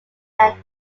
than